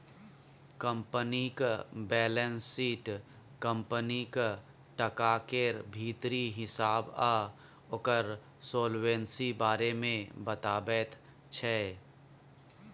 कंपनीक balance sheet कंपनीक टका केर भीतरी हिसाब आ ओकर सोलवेंसी बारे मे बताबैत छै